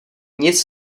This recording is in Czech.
nic